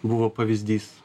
buvo pavyzdys